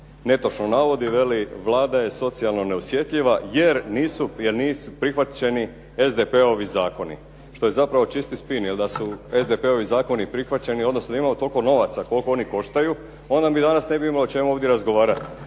netočno navodi, veli Vlada je socijalno neosjetljiva, je nisu prihvaćeni SDP-ovi zakoni. Što je zapravo čisti spin, jer da su SDP-ovi zakoni prihvaćeni, odnosno da imamo toliko novaca koliko oni koštaju, onda mi danas ovdje ne bi imali o čemu razgovarati.